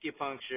acupuncture